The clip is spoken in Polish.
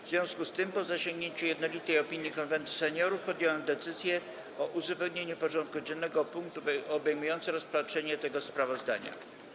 W związku z tym, po uzyskaniu jednolitej opinii Konwentu Seniorów, podjąłem decyzję o uzupełnieniu porządku dziennego o punkt obejmujący rozpatrzenie tego sprawozdania.